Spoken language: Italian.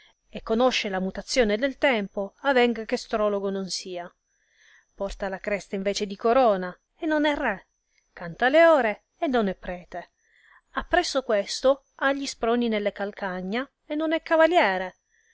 e conosce la mutazione del tempo avenga che strologo non sia porta la cresta in vece di corona e non è re canta le ore e non è prete appresso questo ha gli sproni nelle calcagna e non è cavaliere